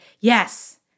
Yes